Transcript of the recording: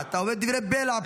אתה אומר דברי בלע.